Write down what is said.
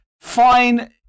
fine